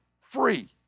free